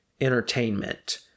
entertainment